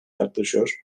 yaklaşıyor